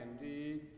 indeed